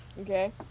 Okay